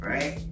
Right